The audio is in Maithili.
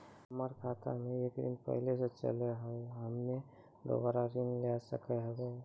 हमर खाता मे एक ऋण पहले के चले हाव हम्मे दोबारा ऋण ले सके हाव हे?